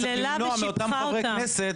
היא היללה ושיבחה אותם.